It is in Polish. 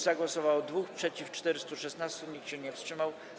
Za głosowało 2, przeciw - 416, nikt się nie wstrzymał.